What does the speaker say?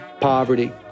poverty